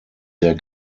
sehr